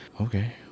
okay